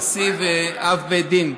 נשיא ואב בית דין,